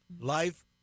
Life